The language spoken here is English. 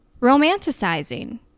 romanticizing